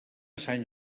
sant